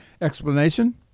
explanation